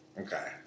Okay